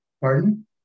Pardon